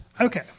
Okay